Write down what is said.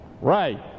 right